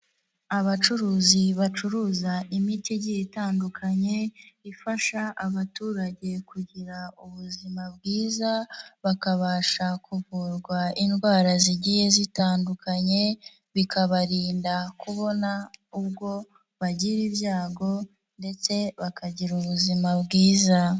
abacuruzi bacuruza imiti igiye itandukanye, ifasha abaturage kugira ubuzima bwiza, bakabasha kuvurwa indwara zigiye zitandukanye, bikabarinda kubona ubwo bagira ibyago, ndetse bakagira ubuzima bwiza.